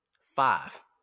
Five